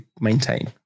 maintain